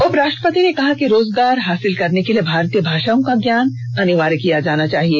उप राष्ट्रपति ने कहा कि रोजगार हासिल करने के लिए भारतीय भाषाओं का ज्ञान अनिवार्य किया जाना चाहिए